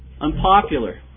unpopular